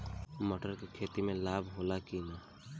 मटर के खेती से लाभ होला कि न?